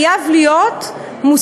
המלון חייב להיות מושכר,